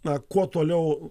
na kuo toliau